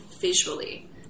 visually